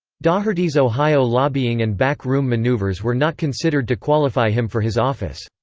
daugherty's ohio lobbying and back room maneuvers were not considered to qualify him for his office.